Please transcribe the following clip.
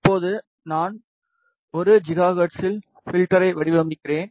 இப்போது நான் 1 ஜிகாஹெர்ட்ஸில் ஃப்ல்டரை வடிவமைக்கிறேன்